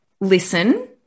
listen